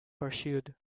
pursued